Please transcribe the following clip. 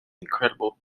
incredible